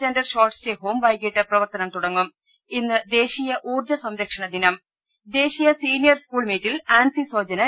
gender short stay home വൈകിട്ട് പ്രവർത്തനം തുടങ്ങും ഇന്ന് ദേശീയ ഊർജ്ജ സംരക്ഷണ ദിനം ദേശീയ സീനിയർ സ്കൂൾ മീറ്റിൽ ആൻസി സോജന്